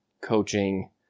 coaching